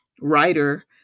writer